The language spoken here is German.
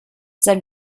sein